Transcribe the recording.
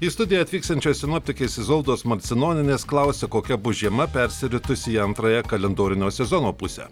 į studiją atvyksiančios sinoptikės izoldos marcinonienės klausiu kokia bus žiema persiritus į antrąją kalendorinio sezono pusę